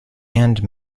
and